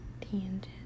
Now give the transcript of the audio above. tangent